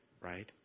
right